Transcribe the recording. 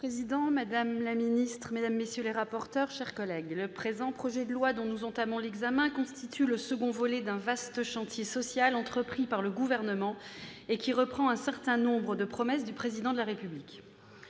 président, madame la ministre, mesdames, messieurs les rapporteurs, mes chers collègues, le présent projet de loi, dont nous entamons l'examen, constitue le second volet d'un vaste chantier social entrepris par le Gouvernement, qui reprend un certain nombre de promesses du Président de la République.